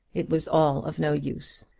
it was all of no use,